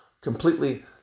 completely